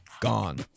Gone